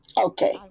Okay